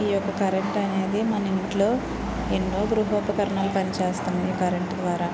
ఈ యొక కరెంట్ అనేది మన ఇంట్లో ఎన్నో గృహోపకరణాలు పనిచేస్తున్నాయి కరెంట్ ద్వారా